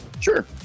Sure